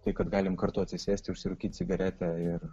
tai kad galim kartu atsisėst užsirūkyt cigaretę ir